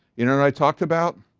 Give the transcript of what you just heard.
you know what i talked about?